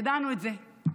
ידענו את זה.